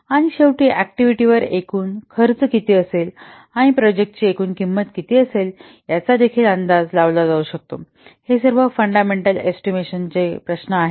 आणि शेवटी ऍक्टिव्हिटीवर एकूण खर्च किती असेल आणि प्रोजेक्टाची एकूण किंमत किती असेल याचा अंदाज देखील लावला जाऊ शकतो हे सर्व फंडामेंटलं एस्टिमेशन प्रश्न आहेत